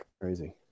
crazy